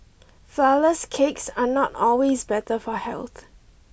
flourless cakes are not always better for health